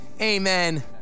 amen